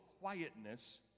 quietness